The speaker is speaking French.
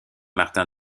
martin